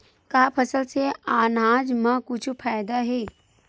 का फसल से आनाज मा कुछु फ़ायदा हे?